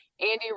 Andy